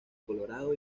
colorado